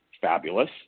fabulous